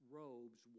robes